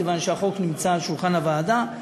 מכיוון שהחוק נמצא על שולחן הוועדה.